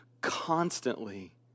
constantly